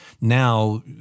now